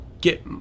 get